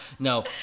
No